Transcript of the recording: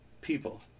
People